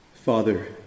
Father